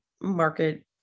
market